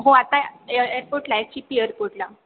हो आता एअ एअरपोर्टला आहे चिपी एअरपोर्टला